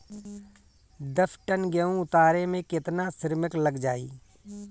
दस टन गेहूं उतारे में केतना श्रमिक लग जाई?